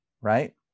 right